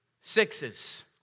sixes